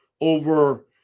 over –